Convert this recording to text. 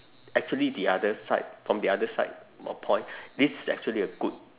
actually the other side from the other side of point this is actually a good